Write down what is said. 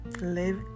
Live